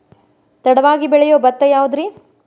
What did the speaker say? ತಡವಾಗಿ ಬೆಳಿಯೊ ಭತ್ತ ಯಾವುದ್ರೇ?